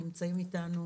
נמצאים אתנו